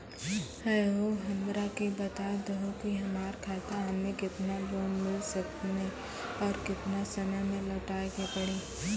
है हो हमरा के बता दहु की हमार खाता हम्मे केतना लोन मिल सकने और केतना समय मैं लौटाए के पड़ी?